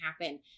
happen